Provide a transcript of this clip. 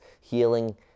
healing